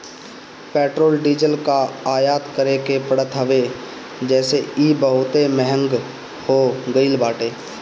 petrol diesel कअ आयात करे के पड़त हवे जेसे इ बहुते महंग हो गईल बाटे